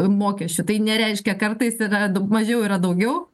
mokesčių tai nereiškia kartais yra daug mažiau yra daugiau